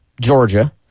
Georgia